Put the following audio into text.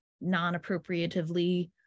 non-appropriatively